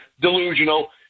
delusional